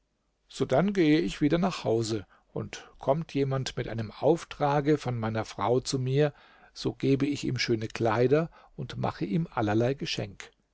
sodann gehe ich wieder nach hause und kommt jemand mit einem auftrage von meiner frau zu mir so gebe ich ihm schöne kleider und mache ihm allerlei geschenk